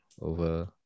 over